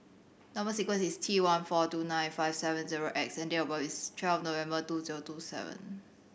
number sequence is T one four two nine five seven zero X and date of birth is twelve November two zero two seven